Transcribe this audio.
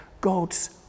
God's